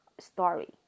story